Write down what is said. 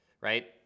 right